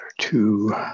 two